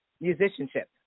musicianship